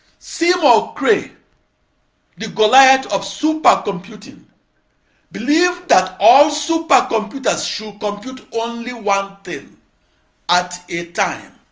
seymour cray the goliath of supercomputing believed that all supercomputers should compute only one thing at a time.